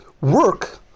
work